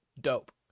dope